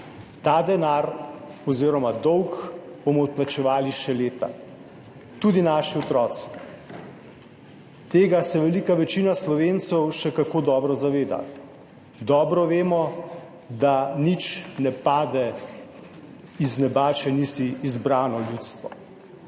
leta 2021. Ta dolg bomo odplačevali še leta, tudi naši otroci. Tega se velika večina Slovencev še kako dobro zaveda. Dobro vemo, da nič ne pade z neba, če nisi izbrano ljudstvo,